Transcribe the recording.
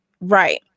Right